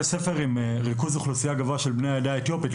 ספר עם ריכוז אוכלוסייה גבוה של בני העדה האתיופית,